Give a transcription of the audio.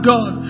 God